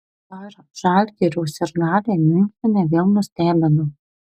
ar žalgirio sirgaliai miunchene vėl nustebino